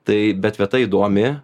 tai bet vieta įdomi